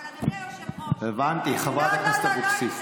אבל אדוני היושב-ראש, הבנתי, חברת הכנסת אבוקסיס.